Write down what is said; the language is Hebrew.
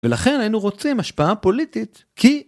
ולכן היינו רוצים השפעה פוליטית, כי...